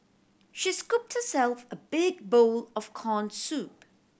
she scooped herself a big bowl of corn soup